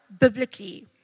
biblically